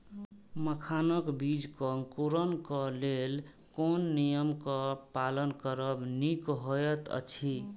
मखानक बीज़ क अंकुरन क लेल कोन नियम क पालन करब निक होयत अछि?